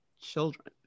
children